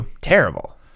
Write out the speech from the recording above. terrible